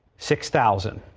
six thousand.